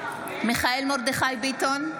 מיכאל מרדכי ביטון,